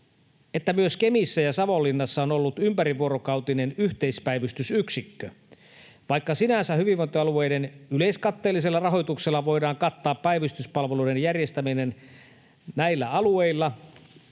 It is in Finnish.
että myös Kemissä ja Savonlinnassa on ollut ympärivuorokautinen yhteispäivystysyksikkö. Vaikka sinänsä hyvinvointialueiden yleiskatteellisella rahoituksella voidaan kattaa päivystyspalveluiden järjestäminen näillä alueilla,